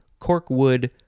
corkwood